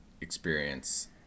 experience